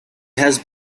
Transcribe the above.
has